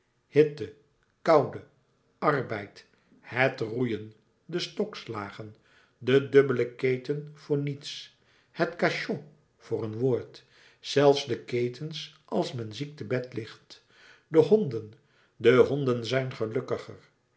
hitte koude arbeid het roeien de stokslagen de dubbele keten voor niets het cachot voor een woord zelfs de ketens als men ziek te bed ligt de honden de honden zijn gelukkiger